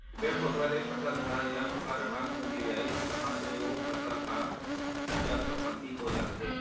पेड़ पउधा ले फसल ह या फर ह अलगियाइस तहाँ ले ओ फसल ह चल संपत्ति हो जाथे